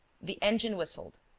the engine whistled.